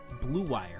BLUEWIRE